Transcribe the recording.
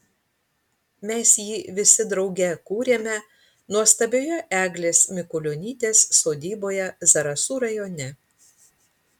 mes jį visi drauge kūrėme nuostabioje eglės mikulionytės sodyboje zarasų rajone